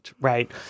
right